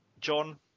John